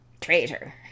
Traitor